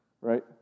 Right